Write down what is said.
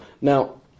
Now